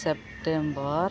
September